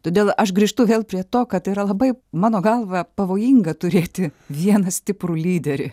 todėl aš grįžtu vėl prie to kad yra labai mano galva pavojinga turėti vieną stiprų lyderį